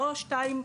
לא 2,